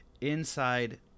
inside